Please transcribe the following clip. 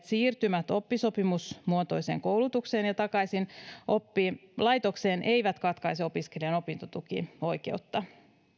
siirtymät oppisopimusmuotoiseen koulutukseen ja takaisin oppilaitokseen eivät katkaise opiskelijan opintotukioikeutta